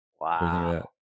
Wow